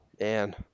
Man